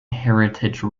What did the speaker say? heritage